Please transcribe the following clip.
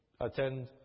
attend